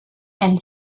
and